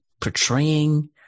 portraying